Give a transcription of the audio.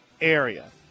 area